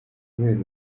kubera